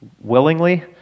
Willingly